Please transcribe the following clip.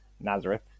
Nazareth